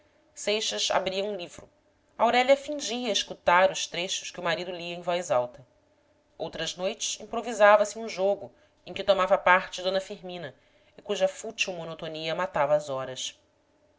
seixas abria um livro aurélia fingia escutar os trechos que o marido lia em voz alta outras noites improvisava se um jogo em que tomava parte d firmina e cuja fútil monotonia matava as horas